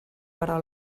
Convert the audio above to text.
però